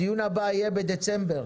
הדיון הבא יהיה בדצמבר,